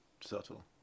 subtle